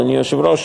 אדוני היושב-ראש,